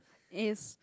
it's